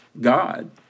God